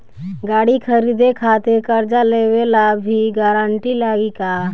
गाड़ी खरीदे खातिर कर्जा लेवे ला भी गारंटी लागी का?